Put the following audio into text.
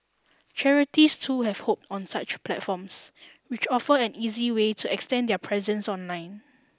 charities too have hopped on such platforms which offer an easy way to extend their presence online